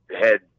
head